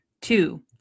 Two